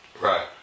Right